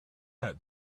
had